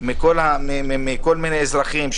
מכל מיני אזרחים.